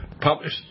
published